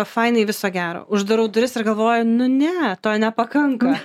fainai viso gero uždarau duris ir galvoju nu ne to nepakanka